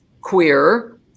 queer